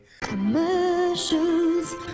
Commercials